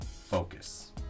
focus